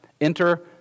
Enter